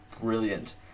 brilliant